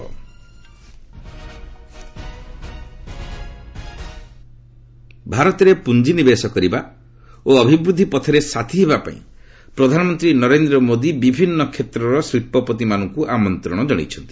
PM CEO ଭାରତରେ ପୁଞ୍ଜିନିବେଶ କରିବା ଓ ଅଭିବୃଦ୍ଧି ପଥରେ ସାଥିହେବା ପାଇଁ ପ୍ରଧାନମନ୍ତ୍ରୀ ନରେନ୍ଦ୍ର ମୋଦି ବିଭିନ୍ନ କ୍ଷେତ୍ରର ଶିଳ୍ପପତିମାନଙ୍କୁ ଆମନ୍ତ୍ରଣ ଜଣାଇଛନ୍ତି